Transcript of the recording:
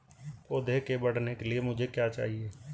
पौधे के बढ़ने के लिए मुझे क्या चाहिए?